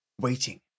waiting